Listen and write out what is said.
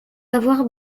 avoir